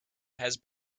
has